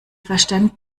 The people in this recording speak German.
verstand